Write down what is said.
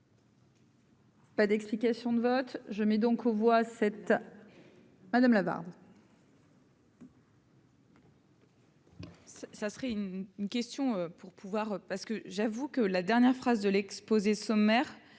Pas d'explication de vote je mets donc aux voix cette madame Lavarde.